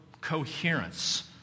coherence